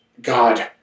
God